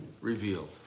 revealed